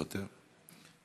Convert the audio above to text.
מוותר,